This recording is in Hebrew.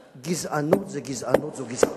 גזענות זה גזענות זה גזענות.